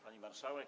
Pani Marszałek!